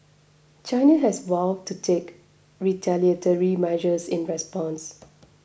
China has vowed to take retaliatory measures in response